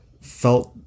felt